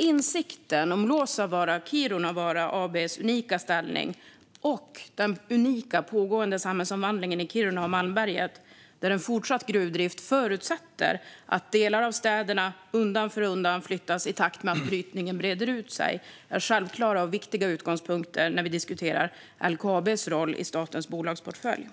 Insikten om Luossavaara-Kiirunavaara AB:s unika ställning och den unika pågående samhällsomvandlingen i Kiruna och Malmberget, där en fortsatt gruvdrift förutsätter att delar av städerna undan för undan flyttas i takt med att brytningen breder ut sig, är en självklar och viktig utgångspunkt när vi diskuterar LKAB:s roll i statens bolagsportfölj.